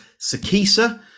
Sakisa